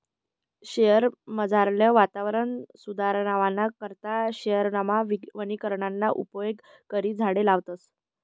शयेरमझारलं वातावरण सुदरावाना करता शयेरमा वनीकरणना उपेग करी झाडें लावतस